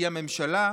היא הממשלה,